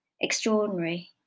extraordinary